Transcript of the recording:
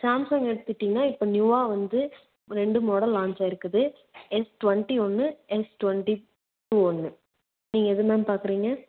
Samsung எடுத்துகிட்டிங்னா இப்போ நியூவாக வந்து ரெண்டு மாடல் லான்ச் ஆயிருக்குது S twenty one S twenty two one நீங்கள் எது மேம் பார்க்கறீங்க